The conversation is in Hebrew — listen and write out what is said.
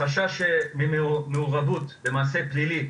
חשש ממעורבות במעשה פלילי,